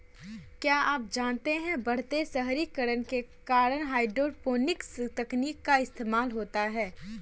क्या आप जानते है बढ़ते शहरीकरण के कारण हाइड्रोपोनिक्स तकनीक का इस्तेमाल होता है?